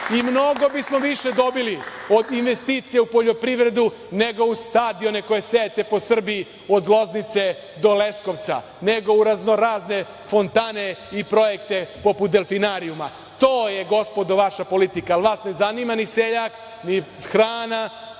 Mnogo bismo više dobili investicija u poljoprivredu nego u stadione koje sejete po Srbiji od Loznice do Leskovca, nego u raznorazne fontane i projekte poput delfinarijuma. To je gospodo vaša politika. Vas ne zanima ni seljak, ni hrana,